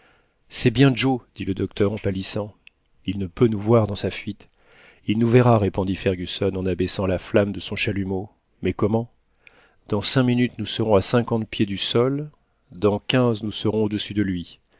c'est bien joe dit le docteur en palissant il ne peut nous voir dans sa fuite il nous verra répondit fergusson en abaissant la flamme de son chalumeau mais comment dans cinq minutes nous serons à cinquante pieds du sol dans quinze nous serons au-dessus de lui